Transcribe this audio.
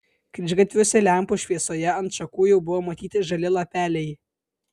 kryžgatviuose lempų šviesoje ant šakų jau buvo matyti žali lapeliai